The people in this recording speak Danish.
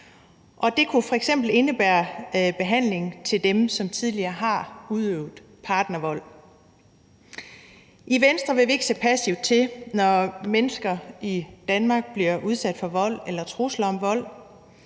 det kunne f.eks. indebærer behandling af dem, som tidligere har udøvet partnervold. I Venstre vil vi ikke se passivt til, når mennesker i Danmark bliver udsat for vold eller trusler om vold.